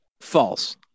false